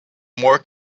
more